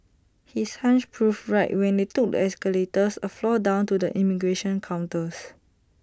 his hunch proved right when they took escalators A floor down to the immigration counters